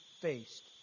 faced